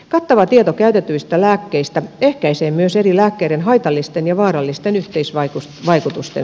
kattava tieto käytetyistä lääkkeistä ehkäisee myös eri lääkkeiden haitallisten ja vaarallisten yhteisvaikutusten syntymisen